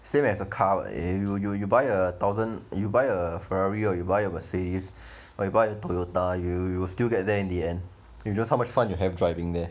same as a car [what] you you you buy a thousand you buy a Ferrari or you buy a Mercedes you buy a Toyota you you will still get there at the end it's just how much fun you have driving there